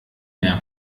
mehr